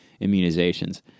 immunizations